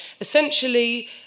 Essentially